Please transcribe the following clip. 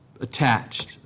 attached